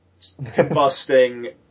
combusting